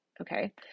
okay